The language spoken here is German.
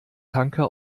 tanker